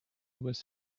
was